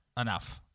enough